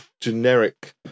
generic